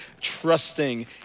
trusting